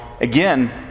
Again